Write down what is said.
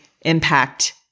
impact